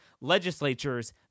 legislatures